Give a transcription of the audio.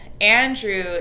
Andrew